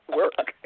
work